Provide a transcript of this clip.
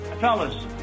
Fellas